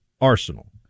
arsenal